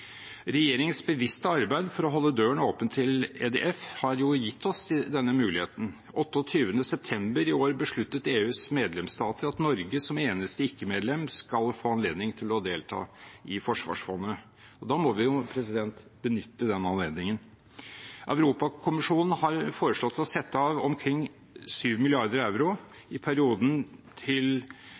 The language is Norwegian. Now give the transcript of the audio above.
Regjeringens bevisste arbeid for å holde døren åpen til EDF har gitt oss denne muligheten. Den 28. september i år besluttet EUs medlemsstater at Norge, som eneste ikke-medlem, skal få anledning til å delta i forsvarsfondet. Da må vi jo benytte den anledningen. Europakommisjonen har foreslått å sette av omkring 7 mrd. euro i perioden frem til